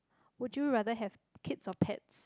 would you rather have kids or pets